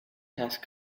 task